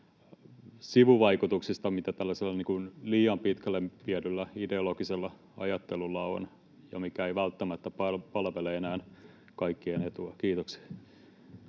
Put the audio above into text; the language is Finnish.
sivuvaikutuksista, mitä tällaisella liian pitkälle viedyllä ideologisella ajattelulla on ja mikä ei välttämättä palvele enää kaikkien etua. — Kiitoksia.